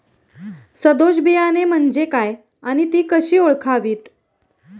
सदोष बियाणे म्हणजे काय आणि ती कशी ओळखावीत?